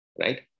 right